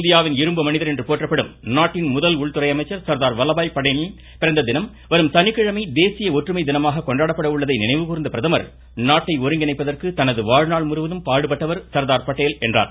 இந்தியாவின் இரும்பு மனிதர் என்று போற்றப்படும் நாட்டின் முதல் உள்துறை அமைச்சர் சர்தார் வல்லபாய் பட்டேலின் பிறந்ததினம் வரும் சனிக்கிழமை தேசிய ஒற்றுமை தினமாக கொண்டாடப்பட உள்ளதை நினைவுகூர்த பிரதமர் நாட்டை ஒருங்கிணைப்பதற்கு தனது வாழ்நாள் முழுவதும் பாடுபாட்டவர் சர்தார் பட்டேல் என்றார்